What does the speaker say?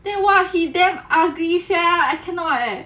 then !wah! he damn ugly sia I cannot leh